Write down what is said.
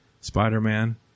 Spider-Man